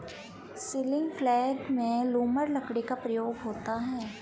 ceiling प्लेग में lumber लकड़ी का प्रयोग होता है